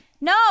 No